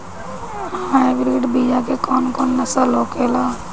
Hybrid बीया के कौन कौन नस्ल होखेला?